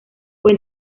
fue